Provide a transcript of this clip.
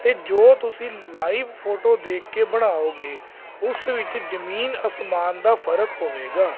ਅਤੇ ਜੋ ਤੁਸੀਂ ਲਾਈਵ ਫੋਟੋ ਦੇਖ ਕੇ ਬਣਾਓਗੇ ਉਸ ਵਿੱਚ ਜ਼ਮੀਨ ਅਸਮਾਨ ਦਾ ਫਰਕ ਹੋਵੇਗਾ